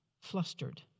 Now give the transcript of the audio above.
flustered